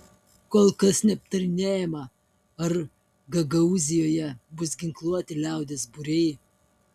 kol kas neaptarinėjama ar gagaūzijoje bus ginkluoti liaudies būriai